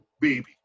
baby